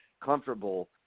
comfortable